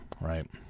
Right